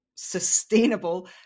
Sustainable